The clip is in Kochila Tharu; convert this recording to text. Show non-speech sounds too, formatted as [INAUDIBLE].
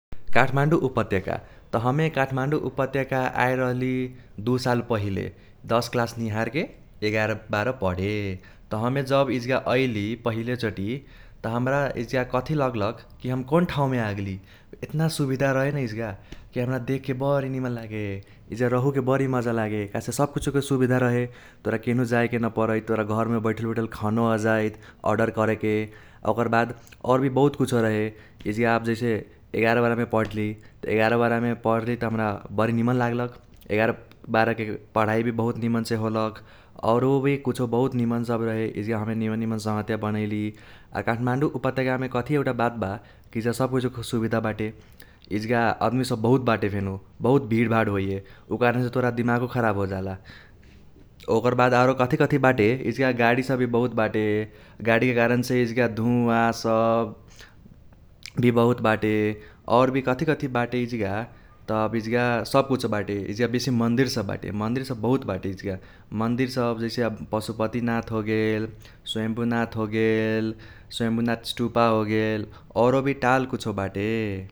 काठमाडौं उपत्यका त हमे काठमाडौं उपत्यका आएल रहली दु साल पहिले दस क्लास निहारके एगार बार पढे। त हमे जब इजगा ऐली पहिले चोटी त हमरा इजगा कथी लगलक कि हम कौन ठाउमे आगेली एतना सुबिधा रहेन इजगा कि हमरा देख्के बरी निमन लागे। इजगा रहूके बरी मजा लागे काहेसे सब कुछोके सुबिधा रहे। तोरा केनहु जाइके न परैत तोरा घरमे बैठल बैठल खनो आजाइत ऑर्डर कर्के। आ ओकर बाद और भी बहुत कुचो रहे। इजगा आब जैसे एगार बारमे पढली त एगार बारमे पढली त हमरा बडी निमन लागलक। एगार बारके पढाई भी बहुत निमनसे होलक। औरो भी कुछो बहुत निमन सब रहे । इजगा हमे निमन निमन संगहतिया बनैली। आ काठमाडौं उपत्यकामे कथी एउटा बात बा कि इजगा सब कुछोके सुबिधा बाटे । इजगा अदमी सब बहुत बाटे फेनु बहुत भीडभाड होइये उ कारणसे तोरा दिमागो खराब होजाला। [HESITATION] ओकर बाद आरो कथी कथी बाटे इजगा गाडी सब भी बहुत बाटे गाडीके कारणसे इजगा धुवा सब [HESITATION] भी बहुत बाटे। और भी कथी कथी बाटे इजगा तब इजगा सब कुछो बाटे इजगा बेसी मंदिर सब बाटे मंदिर सब बहुत बाटे इजगा। मंदिर सब जैसे आब पशुपतिनाथ होगेल, सवॉयम्भूनाथ होगेल, सवॉयम्भूनाथ स्टुपा होगेल औरो भी टाल कुछो बाटे।